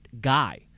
guy